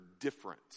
different